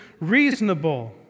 reasonable